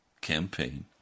campaign